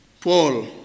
Paul